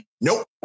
Nope